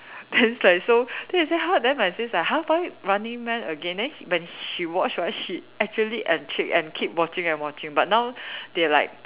then it's like so then he say !huh! then my sis like !huh! why running man again then he when he watch right she actually intrigued and keep watching and watching but now they like